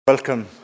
Welcome